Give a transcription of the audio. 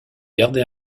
gardé